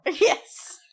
Yes